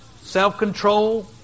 self-control